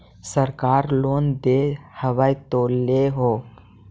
सरकार लोन दे हबै तो ले हो?